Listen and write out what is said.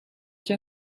chi